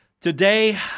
today